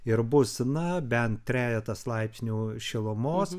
ir bus na bent trejetas laipsnių šilumos